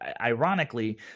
ironically